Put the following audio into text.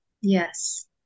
Yes